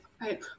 right